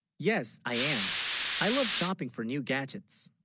yes i am i love shopping for new gadgets